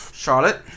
Charlotte